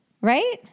Right